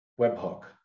webhook